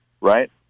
right